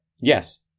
Yes